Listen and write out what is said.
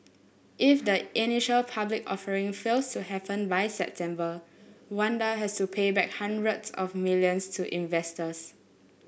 if the initial public offering fails to happen by September Wanda has to pay back hundreds of millions to investors